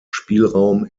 spielraum